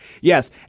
Yes